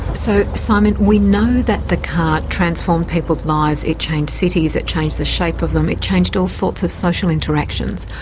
so simon, we know that the car transformed people's lives, it changed cities, it changed the shape of them, it changed all sorts of social interactions.